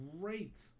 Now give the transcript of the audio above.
great